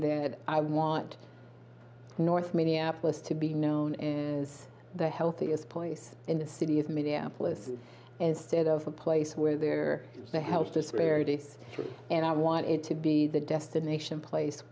that i want north minneapolis to be known as the healthiest poised in the city of minneapolis instead of a place where there is the health disparities and i want it to be the destination place